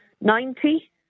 Ninety